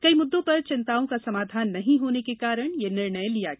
कई मुद्दों पर चिंताओं का समाधान नहीं होने के कारण यह निर्णय लिया गया